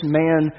man